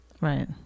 Right